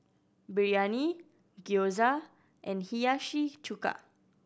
Biryani Gyoza and Hiyashi Chuka